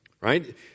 Right